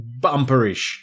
bumperish